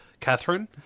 Catherine